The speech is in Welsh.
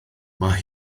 mae